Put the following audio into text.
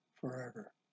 forever